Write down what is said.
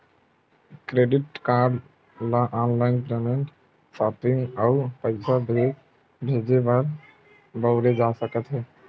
credit card ल online payment, shopping अउ पइसा भेजे बर बउरे जा सकत हे